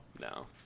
No